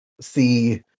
see